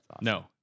no